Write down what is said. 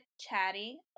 chatty